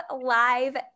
live